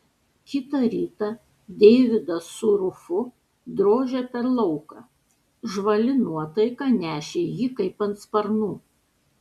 kitą rytą deividas su rufu drožė per lauką žvali nuotaika nešė jį kaip ant sparnų